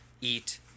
eat